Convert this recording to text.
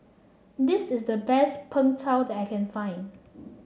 this is the best Png Tao that I can find